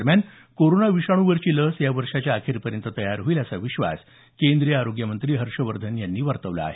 दरम्यान कोरोना विषाणूवरची लस या वर्षाच्या अखेरपर्यंत तयार होईल असा विश्वास केंद्रीय आरोग्य मंत्री हर्षवर्धन यांनी वर्तवला आहे